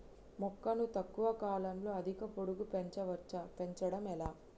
మొక్కను తక్కువ కాలంలో అధిక పొడుగు పెంచవచ్చా పెంచడం ఎలా?